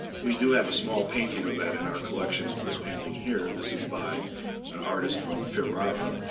we do have a small painting of that in our collection. it's this painting here. this is by an artist from ferrara,